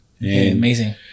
Amazing